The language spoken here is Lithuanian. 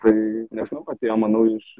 tai nežinau atėjo manau iš